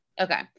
Okay